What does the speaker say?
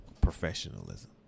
Professionalism